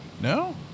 No